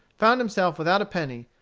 found himself without a penny,